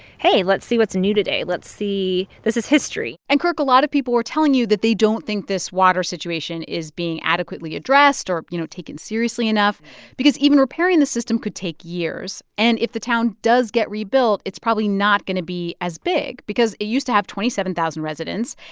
hey, let's see what's new today. let's see. this is history and, kirk, a lot of people were telling you that they don't think this water situation is being adequately addressed or, you know, taken seriously enough because even repairing the system could take years and if the town does get rebuilt, it's probably not going to be as big, because it used to have twenty seven thousand residents.